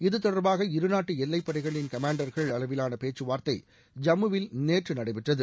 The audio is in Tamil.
இது தொடர்பாக இரு நாட்டு எல்லை படைகளின் கமாண்டர்கள் அளவிலான பேச்சுவார்த்தை ஜம்முவில் நேற்று நடைபெற்றது